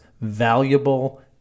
valuable